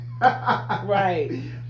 Right